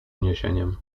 uniesieniem